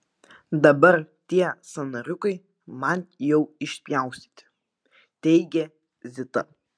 dabar tie sąnariukai man jau išpjaustyti teigia zita